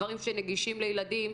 דברים שנגישים לילדים,